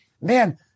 man